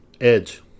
Edge